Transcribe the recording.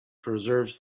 preserves